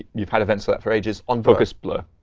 you've had events for that for ages unfocused, blur.